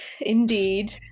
indeed